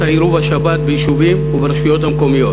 עירוב השבת ביישובים וברשויות המקומיות.